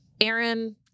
Aaron